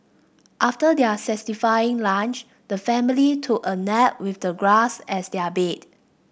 after their satisfying lunch the family took a nap with the grass as their bed